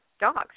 dogs